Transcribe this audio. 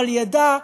אבל ידע: